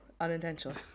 unintentional